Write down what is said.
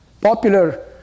popular